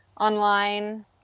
online